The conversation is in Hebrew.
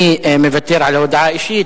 אני מוותר על הודעה אישית,